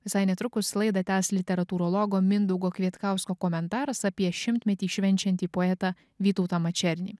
visai netrukus laidą tęs literatūrologo mindaugo kvietkausko komentaras apie šimtmetį švenčiantį poetą vytautą mačernį